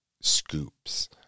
scoops